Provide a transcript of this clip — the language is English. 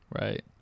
right